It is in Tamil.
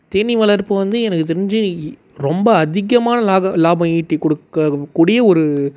தேனீ வளர்ப்பு வந்து எனக்குத் தெரிஞ்சு ரொம்ப அதிகமான லாக லாபம் ஈட்டிக்கொடுக்கக்கூடிய ஒரு